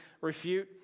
refute